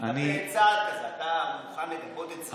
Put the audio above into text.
אתה מוכן לגבות את זה?